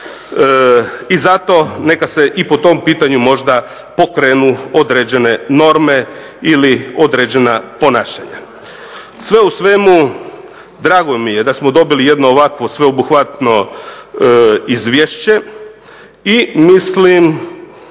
I zato neka se i po tom pitanju možda pokrenu određene norme ili određena ponašanja. Sve u svemu drago mi je da smo dobili jedno ovakvo sveobuhvatno izvješće i mislim.